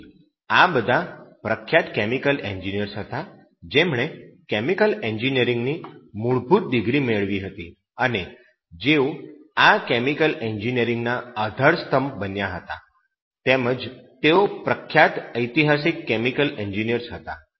તેથી આ બધા પ્રખ્યાત કેમિકલ એન્જિનિયર્સ હતા જેમણે કેમિકલ એન્જિનિયરિંગની મૂળભૂત ડિગ્રી મળી હતી અને જેઓ આ કેમિકલ એન્જિનિયરીંગના આધારસ્તંભ બન્યા હતા તેમજ તેઓ પ્રખ્યાત ઐતિહાસિક કેમિકલ એન્જિનિયર્સ હતા